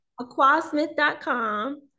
Aquasmith.com